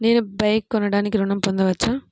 నేను బైక్ కొనటానికి ఋణం పొందవచ్చా?